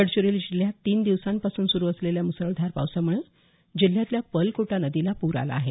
गडचिरोली जिल्ह्यात तीन दिवसांपासून सुरु असलेल्या मुसळधार पावसामुळं जिल्ह्यातल्या पर्लकोटा नदीला पूर आला आहे